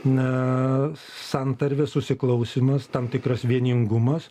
na santarvė susiklausymas tam tikras vieningumas